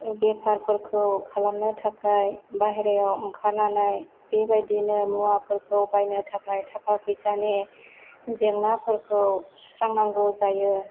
बेफारफोरखौ खालामनो थाखाय बायह्रायाव ओंखारनानै बेबायदिनो मुवाफोरखौ बायनो थाखाय थाखा फैसानि जेंनाफोरखौ सुस्रांनांगौ जायो